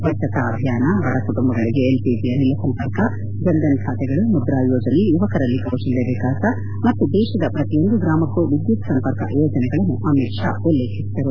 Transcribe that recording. ಸ್ವಜ್ಞತಾ ಅಭಿಯಾನ ಬಡ ಕುಟುಂಬಗಳಿಗೆ ಎಲ್ ಪಿ ಜಿ ಅನಿಲ ಸಂಪರ್ಕ ಜನ್ ಧನ್ ಖಾತೆಗಳು ಮುದ್ರಾ ಯೋಜನೆ ಯುವಕರಲ್ಲಿ ಕೌಶಲ್ ವಿಕಾಸ್ ಮತ್ತು ದೇಶದ ಪ್ರತಿಯೊಂದು ಗ್ರಾಮಕ್ಕೂ ವಿದ್ಯುತ್ ಸಂಪರ್ಕ ಯೋಜನೆಗಳನ್ನು ಅಮಿತ್ ತಾ ಉಲ್ಲೇಖಿಸಿದರು